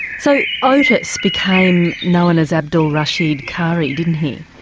so otis became known as abdul rasheed karim, didn't he?